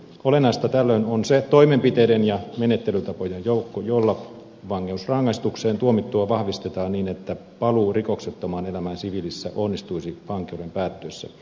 olennaista tällöin on se toimenpiteiden ja menettelytapojen joukko jolla vankeusrangaistukseen tuomittua vahvistetaan niin että paluu rikoksettomaan elämään siviilissä onnistuisi vankeuden päättyessä